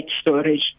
storage